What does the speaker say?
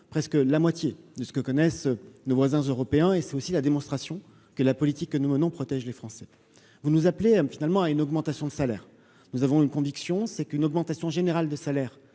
presque la moitié de ce que connaissent nos voisins européens et c'est aussi la démonstration que la politique que nous menons protège les Français, vous nous appelez M. finalement à une augmentation de salaire, nous avons une conviction, c'est qu'une augmentation générale des salaires